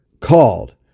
called